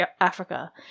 Africa